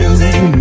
music